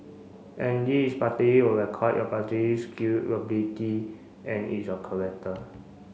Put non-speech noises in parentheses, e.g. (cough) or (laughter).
and this is partly your record a party skill ability and it's your (unintelligible)